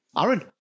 Aaron